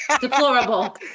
Deplorable